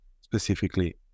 specifically